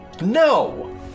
No